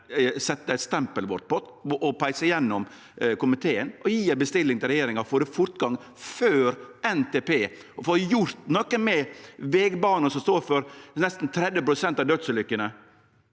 sette stempelet vårt på, peise gjennom i komiteen og gje ei bestilling til regjeringa om fortgang før NTP og for å få gjort noko med vegbanar som står for nesten 30 pst. av dødsulykkene